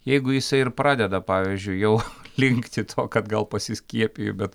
jeigu jisai ir pradeda pavyzdžiui jau linkti to kad gal pasiskiepiju bet